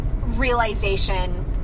realization